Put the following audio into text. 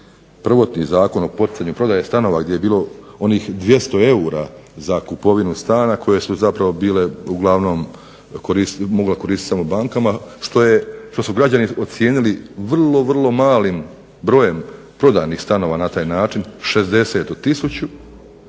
prvotni Zakon o poticanju prodaje stanova gdje je bilo onih 200 eura za kupovinu stana koje su zapravo bile uglavnom mogla koristiti samo bankama što su građani ocijenili vrlo, vrlo malim brojem prodanih stanova na taj način, 60